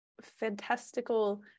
fantastical